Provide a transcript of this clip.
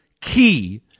key